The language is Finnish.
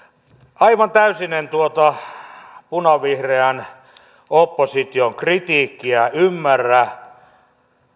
aivan täysin en tuota punavihreän opposition kritiikkiä ymmärrä